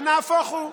ונהפוך הוא.